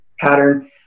pattern